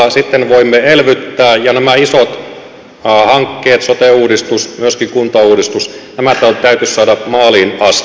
loppukaudesta sitten voimme elvyttää ja nämä isot hankkeet sote uudistus myöskin kuntauudistus täytyisi saada maaliin asti